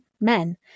men